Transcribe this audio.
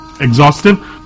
exhaustive